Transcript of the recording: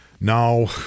Now